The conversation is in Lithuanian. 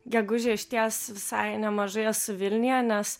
gegužę išties visai nemažai esu vilniuje nes